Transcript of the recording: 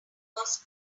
was